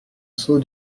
seau